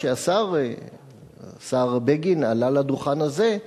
כשהשר בגין עלה לדוכן הזה,